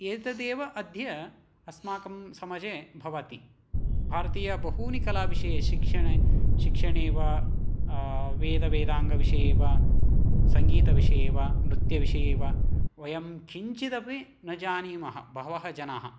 एतदेव अद्य अस्माकं समाजे भवति भरतीय बहूनि कला विषये शिक्षणे शिक्षणे वा वेदवेदाङ्गविषये वा संगीतविषये वा नृत्य विषये वा वयं किंचिदपि न जानीमः बहवः जनाः